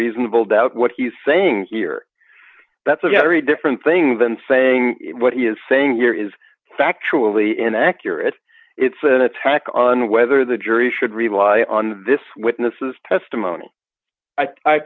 reasonable doubt what he's saying here that's a very different thing than saying what he is saying here is factually inaccurate it's an attack on whether the jury should rely on this witness's testimony i